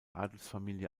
adelsfamilie